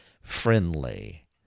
friendly